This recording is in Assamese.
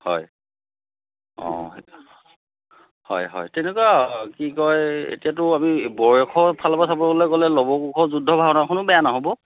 হয় অঁ হয় হয় তেনেকুৱা কি কয় এতিয়াতো আমি বয়সৰফালৰপৰা চাবলৈ গ'লে লৱ কুশ যুদ্ধ ভাওনাখনো বেয়া নহ'ব